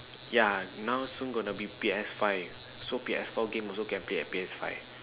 ya now soon gonna be P_S five so P_S four games also can play on P_S five